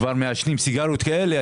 כבר מעשנים סיגריות כאלה,